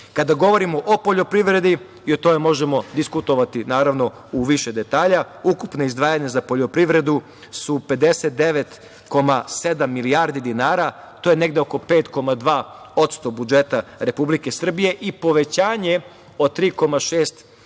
govorimo o poljoprivredi, o tome možemo diskutovati u više detalja, ukupna izdvajanja za poljoprivredu su 59,7 milijardi dinara, to je oko 5,2% budžeta Republike Srbije i povećanje od 3,6